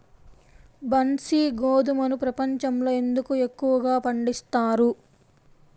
బన్సీ గోధుమను ప్రపంచంలో ఎందుకు ఎక్కువగా పండిస్తారు?